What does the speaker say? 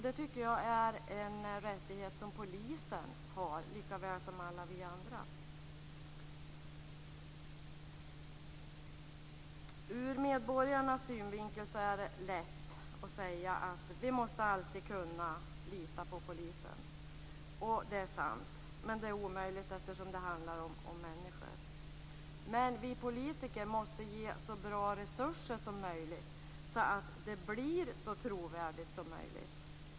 Det är en rättighet som polisen har likaväl som alla vi andra. Ur medborgarnas synvinkel är det lätt att säga: Vi måste alltid kunna lita på polisen. Det är sant. Men det är omöjligt, eftersom det handlar om människor. Vi politiker måste ge så bra resurser som möjligt att det blir så trovärdigt som möjligt.